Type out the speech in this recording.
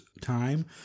time